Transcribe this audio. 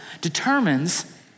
determines